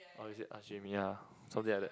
or is it ask Jamie ah something like that